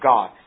God